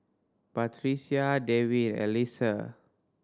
Batrisya Dewi Alyssa